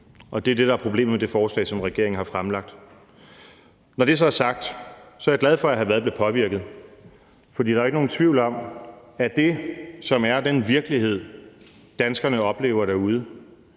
og det er det, der er problemet med det forslag, som regeringen har fremlagt. Når det så er sagt, er jeg glad for, at hr. Frederik Vad blev påvirket, for der er jo ikke nogen tvivl om, at den virkelighed, som danskerne oplever derude,